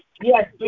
Yes